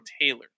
Taylor